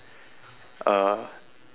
uh